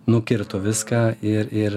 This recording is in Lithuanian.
nukirto viską ir ir